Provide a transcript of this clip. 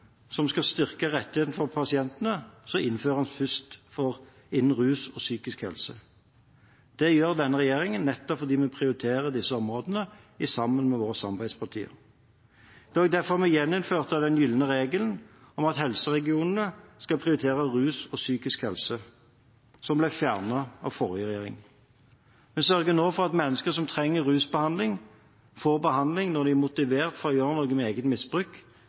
som skal styrke rettighetene for pasientene, innføres først innen rus og psykisk helse. Det gjør denne regjeringen nettopp fordi vi prioriterer disse områdene, sammen med våre samarbeidspartier. Det var derfor vi gjeninnførte den gylne regelen om at helseregionene skal prioritere rus og psykisk helse, som ble fjernet av forrige regjering. Vi sørger nå for at mennesker som trenger rusbehandling, får behandling når de er motivert for å gjøre noe med eget misbruk